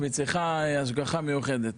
והיא צריכה השגחה מיוחדת.